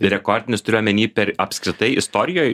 rekordinis turiu omeny per apskritai istorijoj